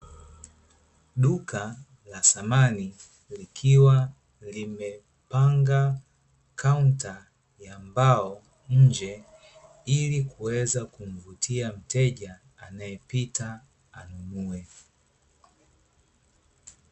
Duka la samani likiwa limepanga kaunta ya mbao nje ili kuweza kumvutia mteja anayepita anunue.